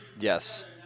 Yes